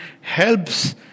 helps